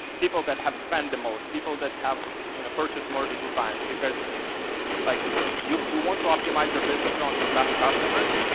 people that have spent the most, people that have you know purchased more than two times, because like you you want to optimise your business around your best customers,